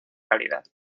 calidad